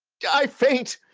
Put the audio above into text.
yeah i faint,